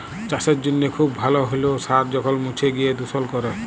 চাসের জনহে খুব ভাল হ্যলেও সার যখল মুছে গিয় দুষল ক্যরে